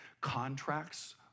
Contracts